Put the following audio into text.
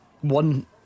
One